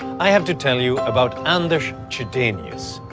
i have to tell you about anders chydenius.